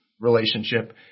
relationship